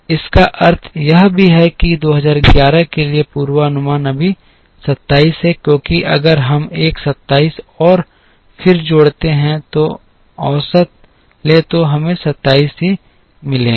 इसका अर्थ यह भी है कि 2011 के लिए पूर्वानुमान अभी 27 है क्योंकि अगर हम एक 27 और फिर जोड़ते हैं औसत लें तो हमें 27 ही मिलेंगे